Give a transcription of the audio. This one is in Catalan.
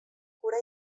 cura